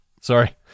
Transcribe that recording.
sorry